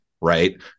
right